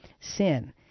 sin